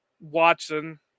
Watson